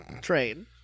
Train